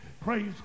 Praise